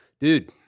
Dude